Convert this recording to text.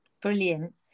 brilliant